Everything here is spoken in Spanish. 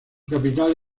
capital